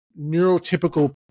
neurotypical